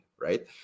right